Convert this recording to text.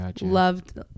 loved